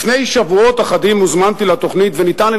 לפני שבועות אחדים הוזמנתי לתוכנית וניתן לי